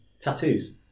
tattoos